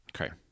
Okay